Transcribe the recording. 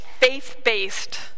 faith-based